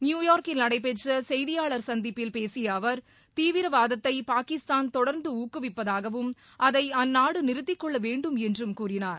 நியுயார்க்கில் நடைபெற்ற செய்தியாளர் சந்திப்பில் பேசிய அவர் தீவிரவாதத்தை பாகிஸ்தான் தொடரந்து ஊக்குவிப்பதாகவும் அதை அந்நாடு நிறுத்திக்கொள்ளவேண்டும் என்றும் கூறினார்